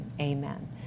Amen